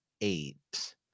eight